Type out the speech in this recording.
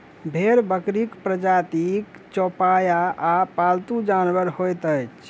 भेंड़ बकरीक प्रजातिक चौपाया आ पालतू जानवर होइत अछि